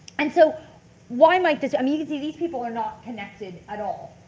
and so why might this, i mean you can see these people are not connected at all.